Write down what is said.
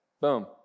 Boom